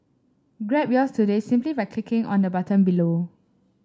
grab yours today simply by clicking on the button below